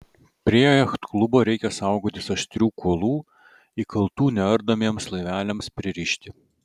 prie jachtklubo reikia saugotis aštrių kuolų įkaltų neardomiems laiveliams pririšti